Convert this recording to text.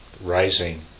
rising